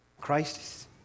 Christ